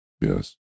Yes